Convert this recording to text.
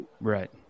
Right